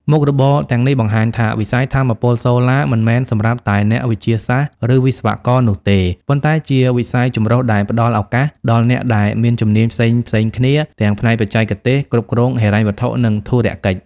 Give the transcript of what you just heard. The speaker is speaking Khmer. មុខរបរទាំងនេះបង្ហាញថា វិស័យថាមពលសូឡាមិនមែនសម្រាប់តែអ្នកវិទ្យាសាស្ត្រ ឬវិស្វករនោះទេ ប៉ុន្តែជាវិស័យចម្រុះដែលផ្តល់ឱកាសដល់អ្នកដែលមានជំនាញផ្សេងៗគ្នា ទាំងផ្នែកបច្ចេកទេស គ្រប់គ្រង ហិរញ្ញវត្ថុ និងធុរកិច្ច។